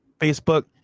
facebook